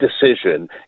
decision